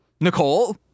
Nicole